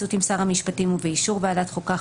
בהתייעצות עם שר המשפטים ובאישור ועדת חוקה,